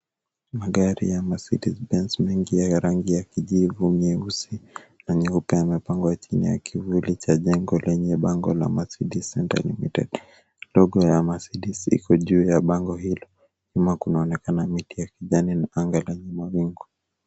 Magari ya Mercedes benz mengi ya rangi ya kijivu, nyeusi na nyeupe yamepangwa chini ya kivuli cha jengo lenye bango Mercedes Centre LTD ndogo ya Mercedes iko juu ya bango hilo. Nyuma kunaonekana miti ya kijani na anga lenye mawingu.